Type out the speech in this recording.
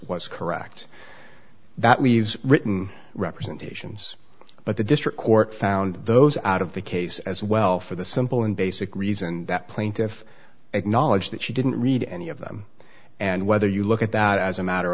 what's correct that leaves written representations but the district court found those out of the case as well for the simple and basic reason that plaintiff acknowledged that she didn't read any of them and whether you look at that as a matter